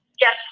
yes